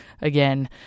again